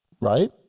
Right